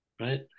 right